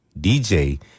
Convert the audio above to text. dj